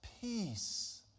peace